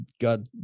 god